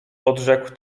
odrzekł